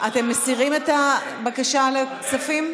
אתם מסירים את הבקשה לכספים?